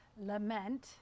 Lament